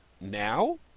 Now